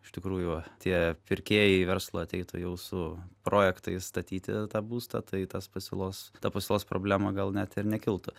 iš tikrųjų tie pirkėjai į verslą ateitų jau su projektais statyti tą būstą tai tas pasiūlos ta pasiūlos problema gal net ir nekiltų